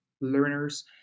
learners